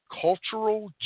cultural